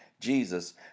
Jesus